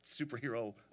superhero